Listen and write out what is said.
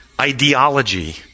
ideology